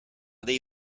dei